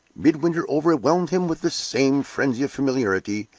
midwinter overwhelmed him with the same frenzy of familiarity,